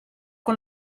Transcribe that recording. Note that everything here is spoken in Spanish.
con